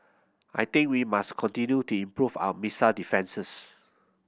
I think we must continue to improve our missile defences